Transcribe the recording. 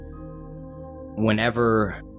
whenever